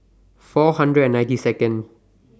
four hundred and ninety Second